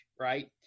right